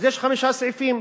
אז יש חמישה סעיפים,